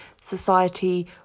society